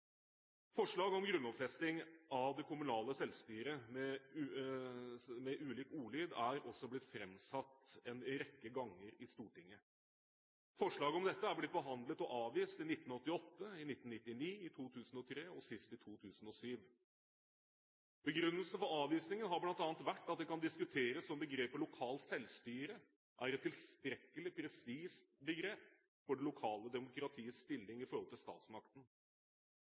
kommunale selvstyret har med ulik ordlyd blitt framsatt en rekke ganger i Stortinget. Forslag om dette har blitt behandlet og avvist i 1988, 1999, 2003 og sist i 2007. Begrunnelsen for avvisningen har bl.a. vært at det kan diskuteres om begrepet «lokalt selvstyre» er et tilstrekkelig presist begrep for det lokale demokratiets stilling i forhold til statsmakten.